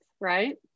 right